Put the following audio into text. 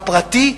הפרטי,